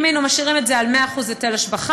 אם היינו משאירים את זה על 100% היטל השבחה,